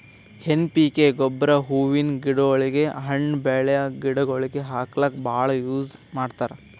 N P K ಗೊಬ್ಬರ್ ಹೂವಿನ್ ಗಿಡಗೋಳಿಗ್, ಹಣ್ಣ್ ಬೆಳ್ಯಾ ಗಿಡಗೋಳಿಗ್ ಹಾಕ್ಲಕ್ಕ್ ಭಾಳ್ ಯೂಸ್ ಮಾಡ್ತರ್